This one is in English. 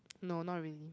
no not really